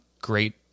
great